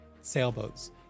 sailboats